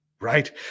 right